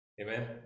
Amen